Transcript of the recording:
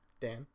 Dan